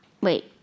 Wait